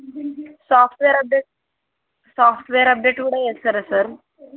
software update software update కూడా చేస్తారా sir